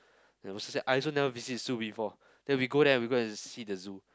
never she said I also never visit the zoo before then we go there and we go and see the zoo